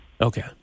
Okay